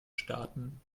staaten